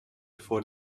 for